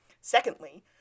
Secondly